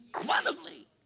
incredibly